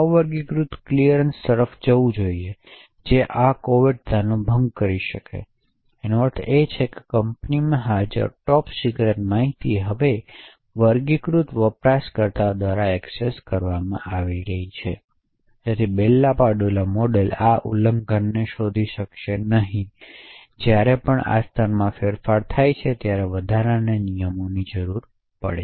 અવગીકૃત clearance તરફ જવું જોઈએ જેથી આ કોવેર્ટતાનો ભંગ કરી શકે તેનો અર્થ એ કે કંપનીમાં હાજર ટોપ સિક્રેટ માહિતી હવે વર્ગીકૃત વપરાશકર્તાઓ દ્વારા એક્સેસ કરવામાં આવી છે તેથી બેલ લાપડુલા મોડેલ આ ઉલ્લંઘનને શોધી શકશે નહીં તેથી જ્યારે પણ સ્તરમાં ફેરફાર થાય ત્યારે વધારાના નિયમની જરૂર પડે